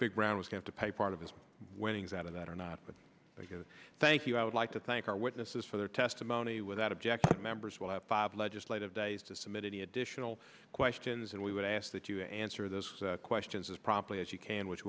brown was going to pay part of his winnings out of that or not but thank you i would like to thank our witnesses for their testimony without objection members will have five legislative days to submit any additional questions and we would ask that you answer those questions as promptly as you can which